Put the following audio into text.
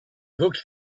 looked